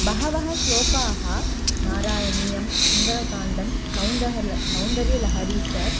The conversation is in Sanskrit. बहवः श्लोकाः नारायणीयं सुन्दरकाण्डं सौन्दहल सौन्दर्यलहरी च